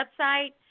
website